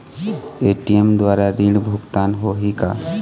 ATM द्वारा ऋण भुगतान होही का?